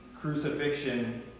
crucifixion